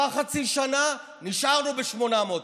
עברה חצי שנה, נשארנו ב-800.